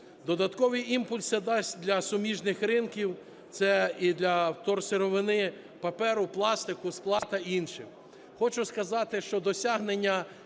Додаткові імпульси дасть для суміжних ринків, це і для вторсировини паперу, пластику, скла та інших.